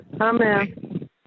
Amen